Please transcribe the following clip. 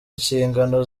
ishingano